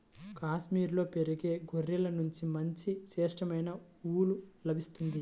కాశ్మీరులో పెరిగే గొర్రెల నుంచి మంచి శ్రేష్టమైన ఊలు లభిస్తుంది